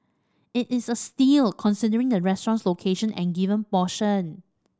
it is a steal considering the restaurant's location and given portion